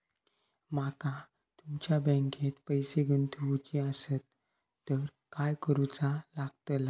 माका तुमच्या बँकेत पैसे गुंतवूचे आसत तर काय कारुचा लगतला?